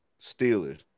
Steelers